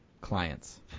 clients